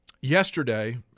Yesterday